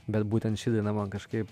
bet būtent ši daina man kažkaip